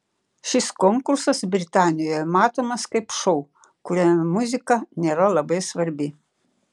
šis konkursas britanijoje matomas kaip šou kuriame muzika nėra labai svarbi